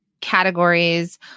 categories